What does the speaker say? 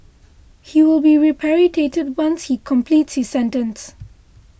he will be repatriated once he completes his sentence